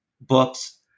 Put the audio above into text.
books